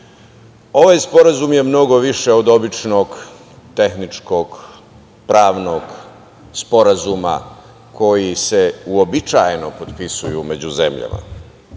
ovaj sporazum je mnogo više od običnog tehničkog pravnog sporazuma koji se uobičajeno potpisuju među zemljama.